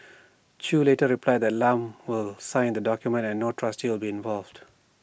chew later replied that Lam will sign the document and no trustee will involved